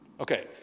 Okay